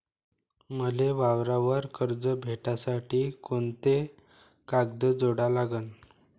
मले वावरावर कर्ज भेटासाठी कोंते कागद जोडा लागन?